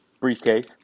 Briefcase